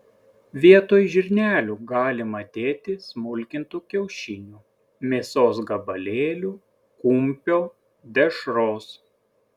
vietoj žirnelių galima dėti smulkintų kiaušinių mėsos gabalėlių kumpio dešros